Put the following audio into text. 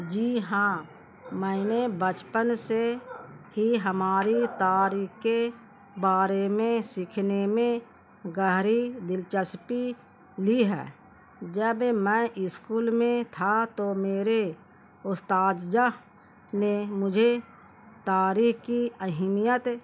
جی ہاں میں نے بچپن سے ہی ہماری تاریخ کے بارے میں سیکھنے میں گہری دلچسپی لی ہے جب میں اسکول میں تھا تو میرے اساتذہ نے مجھے تاریخ کی اہمیت